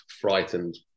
frightened